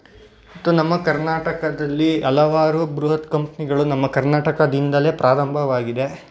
ಮತ್ತು ನಮ್ಮ ಕರ್ನಾಟಕದಲ್ಲಿ ಹಲವಾರು ಬೃಹತ್ ಕಂಪ್ನಿಗಳು ನಮ್ಮ ಕರ್ನಾಟಕದಿಂದಲೇ ಪ್ರಾರಂಭವಾಗಿದೆ